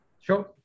Sure